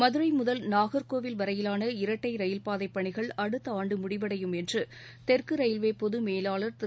மதுரை முதல் நாகர்கோவில் வரையிலான இரட்டை ரயில் பாதை பணிகள் அடுத்த ஆண்டு முடிவடையும் என்று தெற்கு ரயில்வே பொதுமேலாளர் திரு